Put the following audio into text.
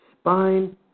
spine